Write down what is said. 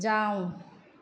जाऊ